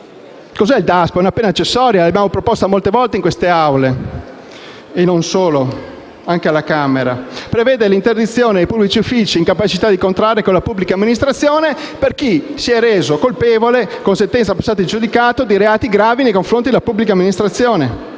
Cos'è il Daspo? È una pena accessoria che abbiamo proposto molte volte nelle Aule del Parlamento; essa prevede l'interdizione dai pubblici uffici e l'incapacità di contrarre con la pubblica amministrazione per chi si è reso colpevole, con sentenza passata in giudicato, di reati gravi nei confronti della pubblica amministrazione.